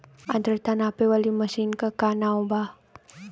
आद्रता नापे वाली मशीन क का नाव बा?